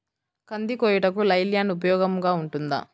కంది కోయుటకు లై ల్యాండ్ ఉపయోగముగా ఉంటుందా?